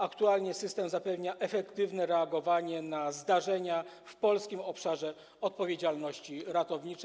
Aktualnie system zapewnia efektywne reagowanie na zdarzenia w polskim obszarze odpowiedzialności ratowniczej.